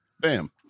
Bam